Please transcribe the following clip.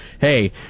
hey